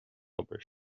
obair